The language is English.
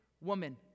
woman